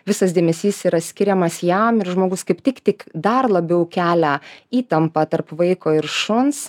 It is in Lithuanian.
visas dėmesys yra skiriamas jam ir žmogus kaip tik tik dar labiau kelia įtampą tarp vaiko ir šuns